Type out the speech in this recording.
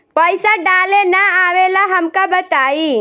पईसा डाले ना आवेला हमका बताई?